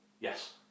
Yes